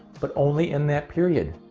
but only in that period.